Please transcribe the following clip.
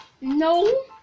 no